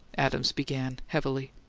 adams began, heavily.